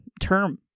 term